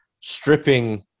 stripping